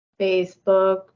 Facebook